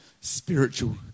spiritual